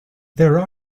there